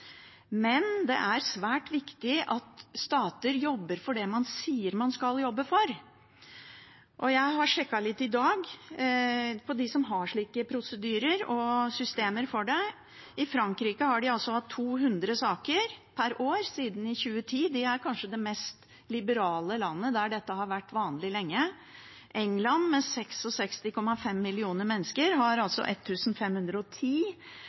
Men det er svært viktig at stater jobber for det man sier man skal jobbe for. Jeg har sjekket litt i dag blant dem som har slike prosedyrer og systemer for det. I Frankrike har de hatt 200 saker per år siden 2010. Det er kanskje det mest liberale landet, der dette har vært vanlig lenge. England, med 66,5 millioner mennesker, har 1 510